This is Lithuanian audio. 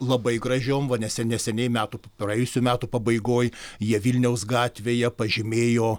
labai gražiom va neseniai metų praėjusių metų pabaigoj jie vilniaus gatvėje pažymėjo